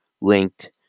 linked